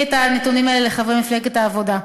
את הנתונים האלה לחברי מפלגת העבודה.